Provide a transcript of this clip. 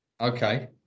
Okay